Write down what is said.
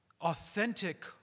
authentic